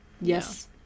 Yes